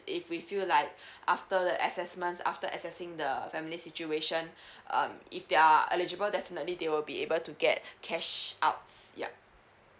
if we feel like after the assessments after assessing the family situation um if they are eligible definitely they will be able to get cash payouts yup